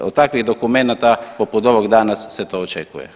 Evo takvih dokumenta poput ovog danas se to očekuje.